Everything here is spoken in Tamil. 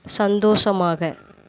சந்தோஷமாக